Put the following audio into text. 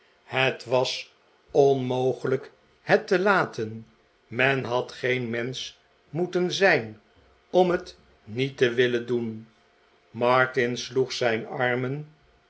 het was onmogelijk het te laten men had geen mensch moeten zijn om het niet te willen doen martin sloeg zijn armen